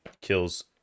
kills